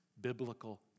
biblical